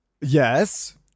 Yes